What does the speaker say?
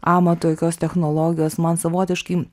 amato jokios technologijos man savotiškai